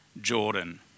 Jordan